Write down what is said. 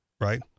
right